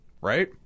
right